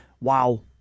Wow